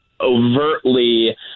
Overtly